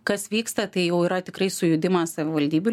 kas vyksta tai jau yra tikrai sujudimas savivaldybių